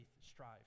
strive